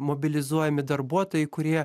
mobilizuojami darbuotojai kurie